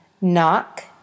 Knock